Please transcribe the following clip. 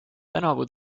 tänavu